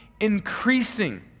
increasing